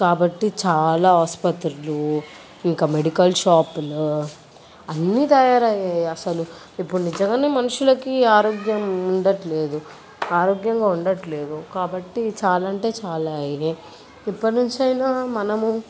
కాబట్టి చాలా ఆసుపత్రులు ఇంకా మెడికల్ షాపులు అన్నీ తయారయ్యాయి అసలు ఇప్పుడు నిజంగానే మనుషులకి ఆరోగ్యం ఉండట్లేదు ఆరోగ్యంగా ఉండట్లేదు కాబట్టి చాలా అంటే చాలా అయ్యాయి ఇప్పటి నుంచి అయినా మనము